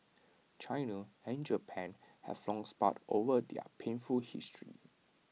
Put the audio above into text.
China and Japan have long sparred over their painful history